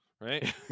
right